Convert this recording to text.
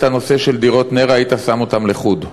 הנושא של דירות נ"ר היית שם אותן לחוד.